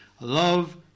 love